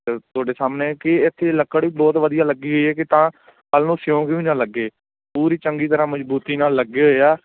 ਮਲਤਬ ਤੁਹਾਡੇ ਸਾਹਮਣੇ ਕਿ ਇੱਥੇ ਲੱਕੜ ਵੀ ਬਹੁਤ ਵਧੀਆ ਲੱਗੀ ਹੋਈ ਹੈ ਕਿ ਤਾਂ ਕੱਲ੍ਹ ਨੂੰ ਸਿਊਂਕ ਵੀ ਨਾ ਲੱਗੇ ਪੂਰੀ ਚੰਗੀ ਤਰ੍ਹਾਂ ਮਜਬੂਤੀ ਨਾਲ ਲੱਗੇ ਹੋਏ ਆ